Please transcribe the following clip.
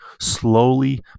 slowly